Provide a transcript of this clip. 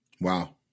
Wow